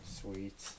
Sweet